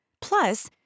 Plus